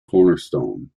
cornerstone